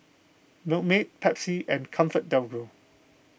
Milkmaid Pepsi and ComfortDelGro